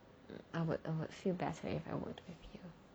I would I would feel better if I worked with you